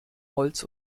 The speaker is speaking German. holz